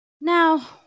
Now